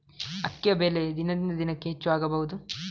ಅಕ್ಕಿಯ ಬೆಲೆ ದಿನದಿಂದ ದಿನಕೆ ಹೆಚ್ಚು ಆಗಬಹುದು?